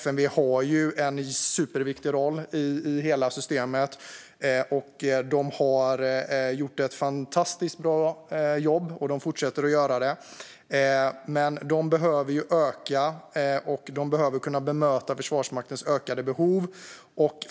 FMV har ju en superviktig roll i hela systemet. De har gjort ett fantastiskt bra jobb, och de fortsätter att göra det. Men de behöver utöka för att kunna bemöta Försvarsmaktens ökade behov.